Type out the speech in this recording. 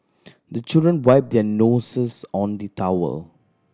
the children wipe their noses on the towel